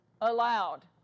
allowed